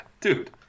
dude